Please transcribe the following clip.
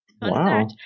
Wow